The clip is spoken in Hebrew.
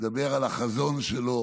מדבר על החזון שלו